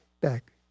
back